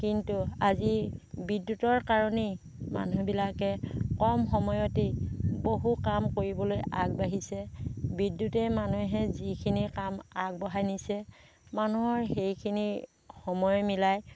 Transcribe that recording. কিন্তু আজি বিদ্যুতৰ কাৰণেই মানুহবিলাকে কম সময়তেই বহু কাম কৰিবলৈ আগবাঢ়িছে বিদ্যুতে মানুহে যিখিনি কাম আগবঢ়াই নিছে মানুহৰ সেইখিনি সময় মিলাই